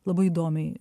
labai įdomiai